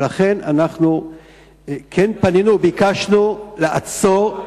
לכן אנחנו כן פנינו וביקשנו לעצור,